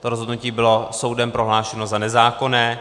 Rozhodnutí bylo soudem prohlášeno za nezákonné.